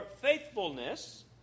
faithfulness